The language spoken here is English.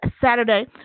Saturday